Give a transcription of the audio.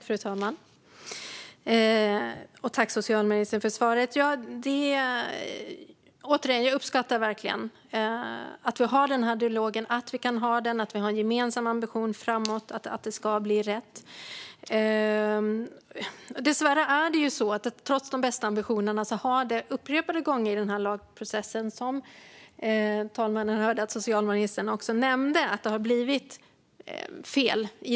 Fru talman! Tack, socialministern, för svaret! Jag uppskattar verkligen att vi har den här dialogen, att vi kan ha den och att vi har en gemensam ambition framåt att det ska bli rätt. Trots de bästa ambitionerna har det dessvärre upprepade gånger blivit fel i den juridiska processen. Talmannen hörde att socialministern nämnde det.